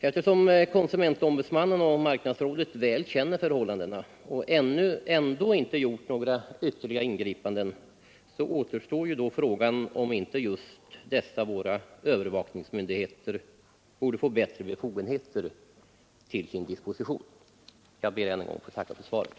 Eftersom konsumentombudsmannen och marknadsdomstolen väl känner förhållandena och ändå inte gjort några ytterligare ingripanden så återstår då frågan om inte just dessa våra övervakningsmyndigheter borde få bättre befogenheter till sin disposition. Jag ber ännu en gång att få tacka för svaret.